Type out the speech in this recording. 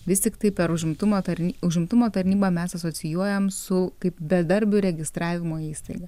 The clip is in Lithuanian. vis tiktai per užimtumo tarny užimtumo tarnybą mes asocijuojam su kaip bedarbių registravimo įstaiga